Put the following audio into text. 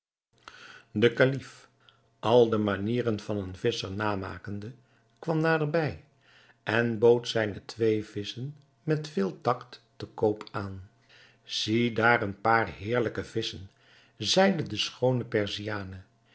de kalif al de manieren van een visscher namakende kwam naderbij en bood zijne twee visschen met veel takt te koop aan ziedaar een paar heerlijke visschen zeide de schoone